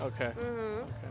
Okay